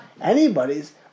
anybody's